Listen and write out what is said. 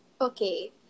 Okay